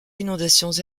inondations